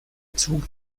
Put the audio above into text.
zug